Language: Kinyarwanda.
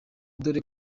dore